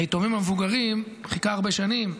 היתומים המבוגרים חיכו הרבה שנים,